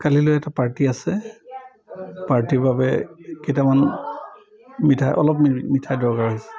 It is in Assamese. কালিলৈ এটা পাৰ্টি আছে পাৰ্টীৰ বাবে কেইটামান মিঠাই অলপ মিঠাই দৰকাৰ হৈছে